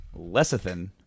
lecithin